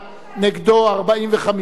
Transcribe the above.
נגדו, 45,